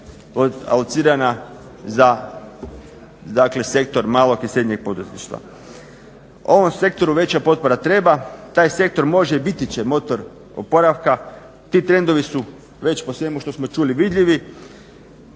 alocirana za dakle Sektor malog i srednjeg poduzetništva. Ovom sektoru veća potpora treba. Taj sektor može, biti će motor oporavka. Ti trendovi su već po svemu što smo čuli i vidljivi.